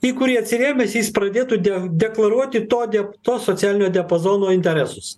į kurį atsirėmęs jis pradėtų dea delaruoti to diap to socialinio diapazono interesus